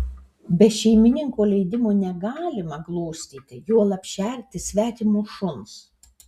be šeimininko leidimo negalima glostyti juolab šerti svetimo šuns